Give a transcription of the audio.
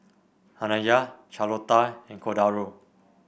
Anaya Charlotta and Cordaro